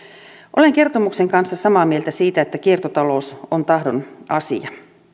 olen kertomuksen kanssa samaa mieltä siitä että kiertotalous on tahdon asia